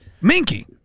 Minky